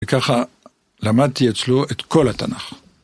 וככה למדתי אצלו את כל התנ״ך.